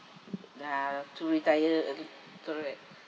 uh to retire early correct